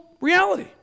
reality